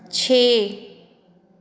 ਛੇ